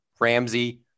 ramsey